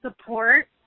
support